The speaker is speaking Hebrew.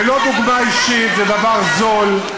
ללא דוגמה אישית, זה דבר זול.